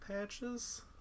Patches